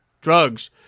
drugs